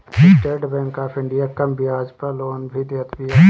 estate Bank of India कम बियाज पअ लोन भी देत बिया